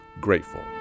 Grateful